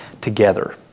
together